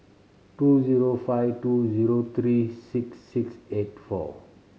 two zero five two zero three six six eight four